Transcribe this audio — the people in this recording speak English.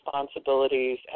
responsibilities